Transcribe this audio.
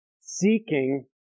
seeking